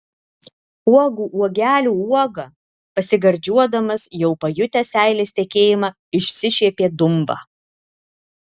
uogų uogelių uoga pasigardžiuodamas jau pajutęs seilės tekėjimą išsišiepė dumba